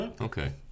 Okay